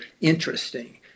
interesting